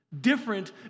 Different